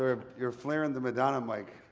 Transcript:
sort of you're flaring the madonna um like